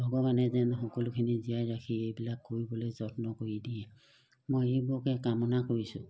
ভগৱানে যেন সকলোখিনি জীয়াই ৰাখি এইবিলাক কৰিবলৈ যত্ন কৰি দিয়ে মই এইবোৰকে কামনা কৰিছোঁ